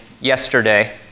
yesterday